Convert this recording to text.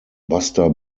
buster